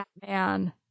Batman